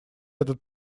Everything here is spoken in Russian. этот